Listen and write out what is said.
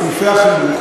אדוני היושב-ראש,